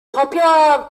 popular